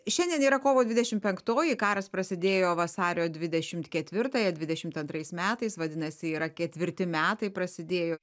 šiandien yra kovo dvidešimt penktoji karas prasidėjo vasario dvidešimt ketvirtąją dvidešimt antrais metais vadinasi yra ketvirti metai prasidėjo